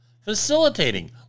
facilitating